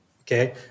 okay